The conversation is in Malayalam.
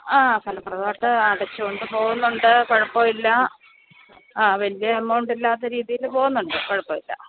ആ ഫലപ്രദമായിട്ട് അടച്ചുകൊണ്ട് പോവുന്നുണ്ട് കുഴപ്പം ഇല്ല ആ വലിയ എമൗണ്ട് ഇല്ലാത്ത രീതിയിൽ പോവുന്നുണ്ട് കുഴപ്പം ഇല്ല